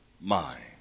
mind